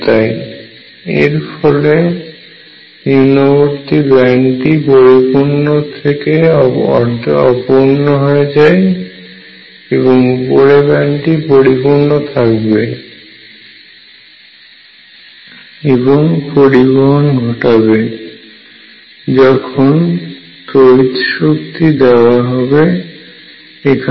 এবং এর ফলে নিম্নবর্তী ব্যান্ডটি পরিপূর্ণ থেকে অপূর্ন হয়ে যাবে এবং উপরের ব্যান্ডটি পরিপূর্ণ থাকবে এবং পরিবহন ঘটাবে যখন তড়িৎশক্তি দেওয়া হবে এখানে